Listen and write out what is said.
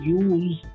use